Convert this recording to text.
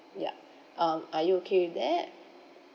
yup um are you okay with that